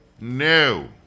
No